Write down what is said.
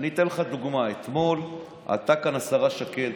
אני אתן לך דוגמה, אתמול עלתה כאן השרה שקד